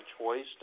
choice